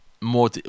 more